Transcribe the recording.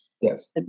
Yes